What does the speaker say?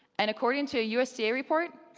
and according to a usda report,